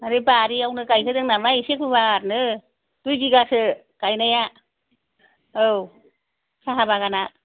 ओरै बारियावनो गायहोदों नालाय इसे गुवारनो दुइ बिगासो गायनाया औ साहा बागाना